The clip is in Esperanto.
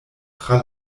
tra